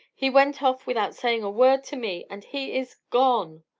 he went off without saying a word to me, and he is gone!